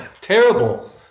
terrible